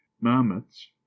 mammoths